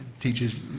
teaches